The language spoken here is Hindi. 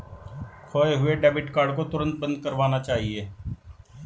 खोये हुए डेबिट कार्ड को तुरंत बंद करवाना चाहिए